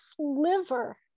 sliver